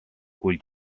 kui